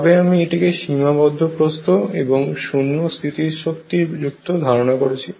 তবে আমি এটিকে সীমাবদ্ধ প্রস্থ এবং শূন্য স্তিতিশক্তি যুক্ত ধারণা করছি